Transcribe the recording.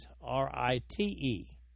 R-I-T-E